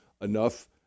enough